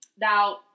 Now